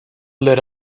let